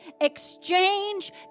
exchange